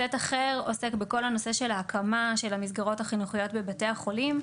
סט אחר עוסק בכל הנושא של ההקמה של המסגרות חינוכיות בבתי החולים,